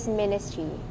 ministry